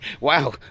Wow